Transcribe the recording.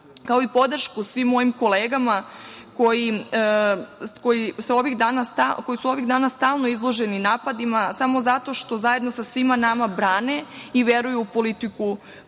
kao i podršku svim mojim kolegama koji su ovih dana stalno izloženi napadima samo zato što zajedno sa svima nama brane i veruju u politiku koju